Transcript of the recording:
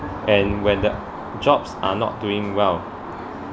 and whether jobs are not doing well